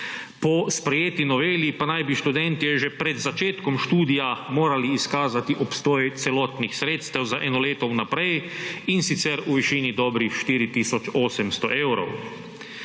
Po sprejeti noveli pa naj bi študentje že pred začetkom študija morali izkazati obstoj celotnih sredstev za eno leto vnaprej in sicer v višini dobrih 4800 evrov.